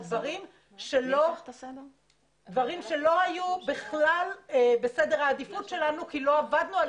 דברים שלא היו בכלל בסדר העדיפות שלנו כי לא עבדנו עליהם.